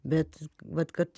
bet vat kad